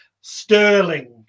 sterling